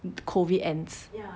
COVID ends